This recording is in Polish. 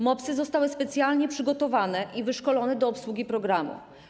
MOPS-y zostały specjalnie przygotowane i wyszkolone do obsługi programu.